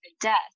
death